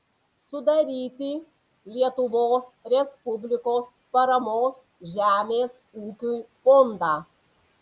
sudaryti lietuvos respublikos paramos žemės ūkiui fondą